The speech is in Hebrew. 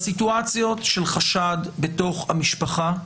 סיטואציות של חשד בתוך המשפחה,